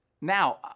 Now